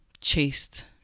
chased